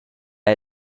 era